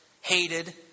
hated